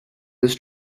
this